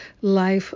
life-